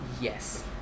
Yes